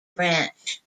branch